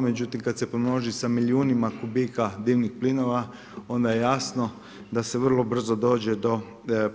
Međutim, kad se pomnoži sa milijunima kubika dimnih plinova, onda je jasno da se vrlo brzo dođe do